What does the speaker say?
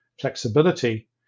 flexibility